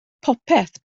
popeth